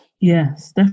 Yes